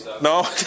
No